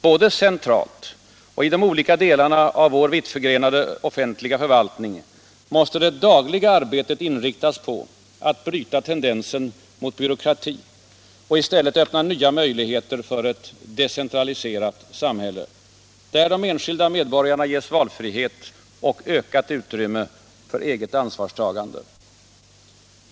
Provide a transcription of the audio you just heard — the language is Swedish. Både centralt och i de olika delarna av vår vittförgrenade offentliga förvaltning måste det dagliga arbetet inriktas på att bryta tendensen mot fortsatt byråkrati och i stället öppna nya möjligheter för ett decentraliserat samhälle, där de enskilda medborgarna ges valfrihet och ökat utrymme för eget ansvarstagande.